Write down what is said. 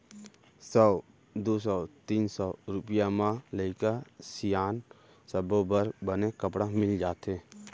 सौ, दू सौ, तीन सौ रूपिया म लइका सियान सब्बो बर बने कपड़ा मिल जाथे